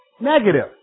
Negative